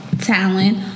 talent